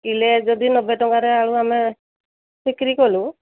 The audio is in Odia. କିଲେ ଯଦି ନବେ ଟଙ୍କାରେ ଆଳୁ ଆମେ ବିକ୍ରି କଲୁ